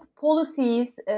policies